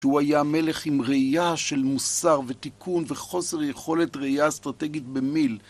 שהוא היה מלך עם ראייה של מוסר ותיקון וחוסר יכולת ראייה אסטרטגית במיל.